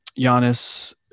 Giannis